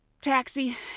taxi